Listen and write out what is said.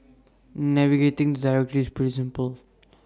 navigating the directory is pretty simple